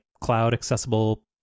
cloud-accessible